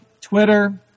Twitter